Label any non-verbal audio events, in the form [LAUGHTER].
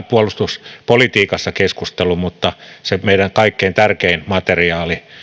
[UNINTELLIGIBLE] puolustuspolitiikassa helposti materiaalihankintoihin mutta se meidän kaikkein tärkein materiaalimme